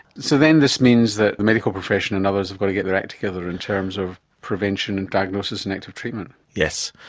so then this means that the medical profession and others have got to get their act together in terms of prevention and diagnosis and active treatment. yes.